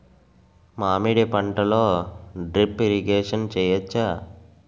మామిడి పంటలో drip irrigation చేయచ్చా?